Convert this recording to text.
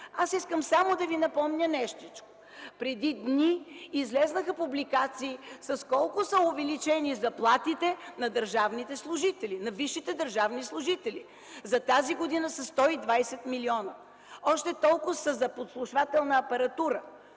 – искам само да ви напомня нещичко. Преди дни излезнаха публикации с колко са увеличени заплатите на висшите държавни служители – за тази година са 120 милиона, още толкова са за подслушвателна апаратура